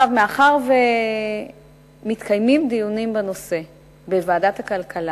מאחר שמתקיימים דיונים בנושא בוועדת הכלכלה,